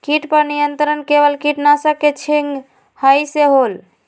किट पर नियंत्रण केवल किटनाशक के छिंगहाई से होल?